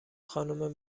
خانوم